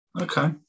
Okay